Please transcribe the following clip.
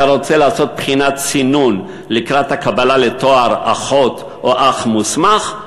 אתה רוצה לעשות בחינת סינון לקראת הקבלה לתואר אחות או אח מוסמך?